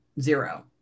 Zero